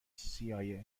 cia